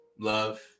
love